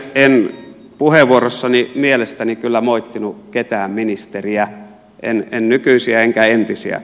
en puheenvuorossani mielestäni kyllä moittinut ketään ministeriä en nykyisiä enkä entisiä